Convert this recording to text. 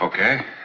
Okay